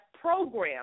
program